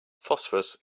phosphorus